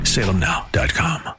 SalemNow.com